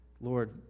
Lord